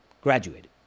graduated